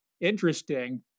Interesting